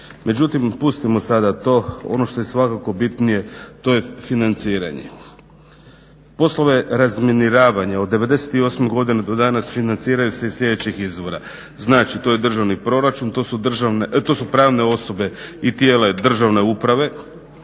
Međutim pustimo sada to. ono što je svakako bitnije to je financiranje. Poslove razminiravana od 1908. godine do danas financiraju se iz sljedećih izvora. Znači to je državni proračun, to su prave osobe i tijela i državne uprave,